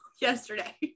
yesterday